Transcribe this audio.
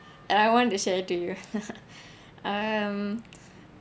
and I want to say it to you um